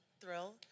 thrill